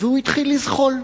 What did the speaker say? והוא התחיל לזחול.